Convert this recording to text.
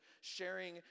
sharing